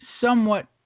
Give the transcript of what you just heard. somewhat